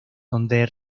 donde